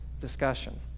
discussion